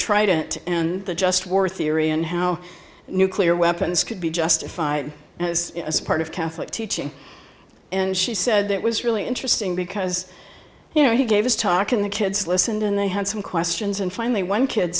trident and the just war theory and how nuclear weapons could be justified as part of catholic teaching and she said that was really interesting because you know he gave his talk and the kids listened and they had some questions and finally one kid